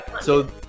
so-